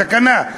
בתקנה,